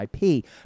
IP